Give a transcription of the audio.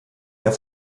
der